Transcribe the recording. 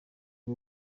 bwo